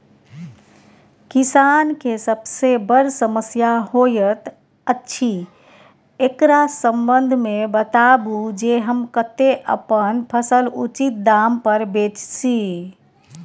किसान के सबसे बर समस्या होयत अछि, एकरा संबंध मे बताबू जे हम कत्ते अपन फसल उचित दाम पर बेच सी?